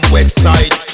Westside